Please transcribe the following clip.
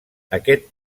aquest